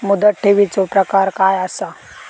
मुदत ठेवीचो प्रकार काय असा?